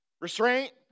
restraint